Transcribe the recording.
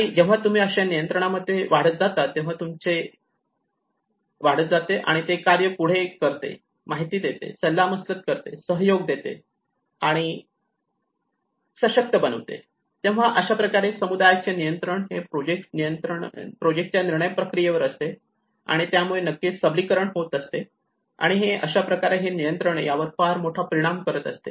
आणि जेव्हा तुम्ही असे नियंत्रणामध्ये वाढत जातात तेव्हा तुमचे अनिल वाढत जाते आणि पुढे ते कार्य करते माहिती देते सल्लामसलत करते सहयोग देते आणि सशक्त बनवते तेव्हा अशा प्रकारे समुदायाचे नियंत्रण हे प्रोजेक्टच्या निर्णय प्रक्रियेवर असते आणि त्यामुळे नक्कीच सबलीकरण होत असते आणि अशाप्रकारे हे नियंत्रण यावर मोठा परिणाम करत असते